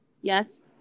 Yes